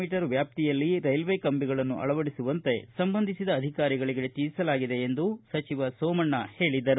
me ವ್ಯಾಪ್ತಿಯಲ್ಲಿ railway ಕಂಬಿಗಳನ್ನು ಅಳವಡಿಸುವಂತೆ ಸಂಬಂಧಿಸಿದ ಅಧಿಕಾರಿಗಳಿಗೆ ತಿಳಿಸಲಾಗಿದೆ ಎಂದು ಸಚಿವ ಸೋಮಣ್ಣ ಹೇಳಿದರು